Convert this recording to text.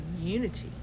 unity